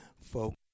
folks